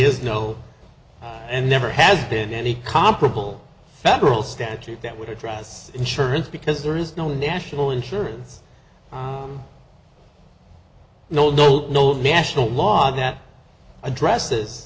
is no and never has been any comparable federal statute that would address insurance because there is no national insurance no no no national law that addresses